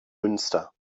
münster